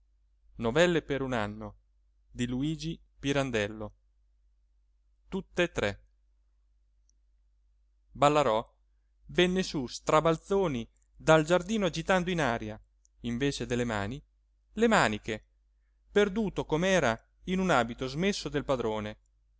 liberazione del re i due compari ballarò venne su strabalzoni dal giardino agitando in aria invece delle mani le maniche perduto come era in un abito smesso del padrone